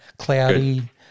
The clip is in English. cloudy